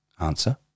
answer